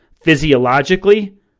physiologically